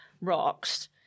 rocks